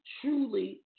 truly